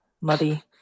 muddy